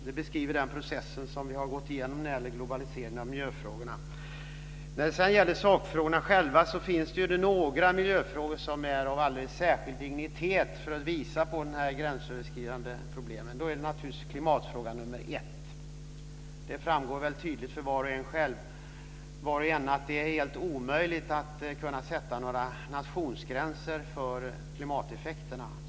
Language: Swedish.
Det beskriver den process vi har gått igenom när det gäller globalisering av miljöfrågorna. Det finns några miljöfrågor som är av särskild dignitet för att visa på de gränsöverskridande problemen. Där är klimatfrågan nr 1. Det framgår tydligt för var och en att det är omöjligt att sätta upp nationsgränser för klimateffekterna.